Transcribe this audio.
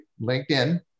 LinkedIn